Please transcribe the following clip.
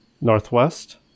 Northwest